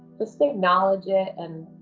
just acknowledge it and